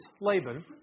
Laban